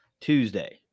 Tuesday